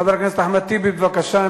חבר הכנסת אחמד טיבי, בבקשה,